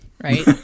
right